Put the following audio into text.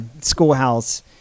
schoolhouse